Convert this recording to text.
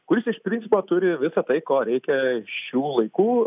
kuris iš principo turi visa tai ko reikia šių laikų